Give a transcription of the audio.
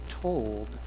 told